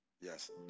Yes